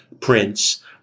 Prince